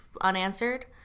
unanswered